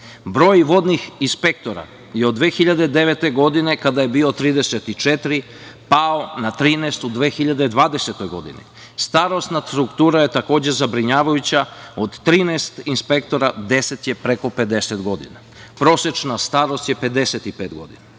Broj vodnih inspektora je od 2009. godine kada ih je bilo 34 pao na 13 u 2020. godini. Starosna struktura je takođe zabrinjavajuća. Od 13 inspektora 10 je preko 50 godina. Prosečna starost je preko 50 godina.